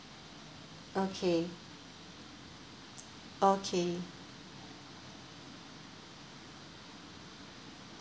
okay okay